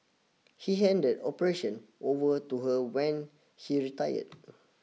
he handed operation over to her when he retired